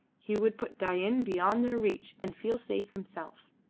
he would put dain beyond their reach and feel safe himself.